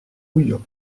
houillon